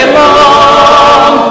long